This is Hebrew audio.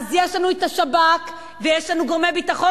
אז יש לנו את השב"כ ויש לנו גורמי ביטחון